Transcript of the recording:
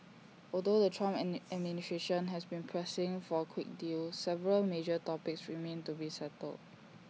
although the Trump administration has been pressing for A quick deal several major topics remain to be settled